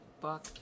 book